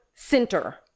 center